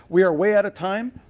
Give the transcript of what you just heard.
we are way out of time.